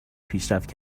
پیشرفت